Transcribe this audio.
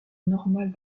normale